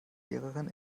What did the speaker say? lehrerin